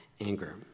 anger